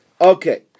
Okay